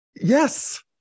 yes